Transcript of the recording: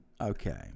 okay